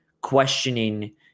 questioning